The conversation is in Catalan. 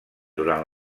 durant